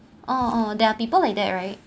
oh oh there are people like that right